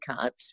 cut